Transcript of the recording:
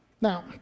Now